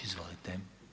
Izvolite.